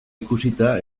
ikusita